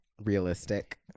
realistic